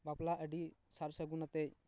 ᱵᱟᱯᱞᱟ ᱟᱹᱰᱤ ᱥᱟᱨ ᱥᱟᱹᱜᱩᱱ ᱟᱛᱮᱫ